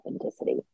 authenticity